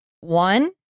One